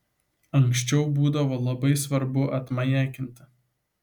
anksčiau būdavo labai svarbu atmajakinti